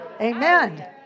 amen